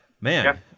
man